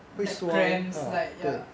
neck cramps like ya